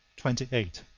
twenty eight.